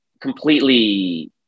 completely